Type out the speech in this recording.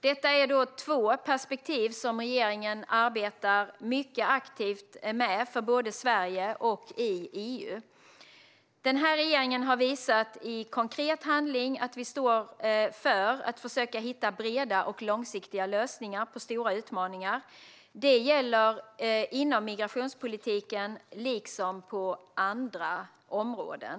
Detta är två perspektiv som regeringen arbetar mycket aktivt för i både Sverige och EU. Den här regeringen har visat i konkret handling att vi står för att försöka hitta breda och långsiktiga lösningar på stora utmaningar. Det gäller inom migrationspolitiken liksom på andra områden.